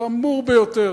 חמור ביותר.